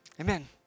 Amen